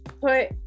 put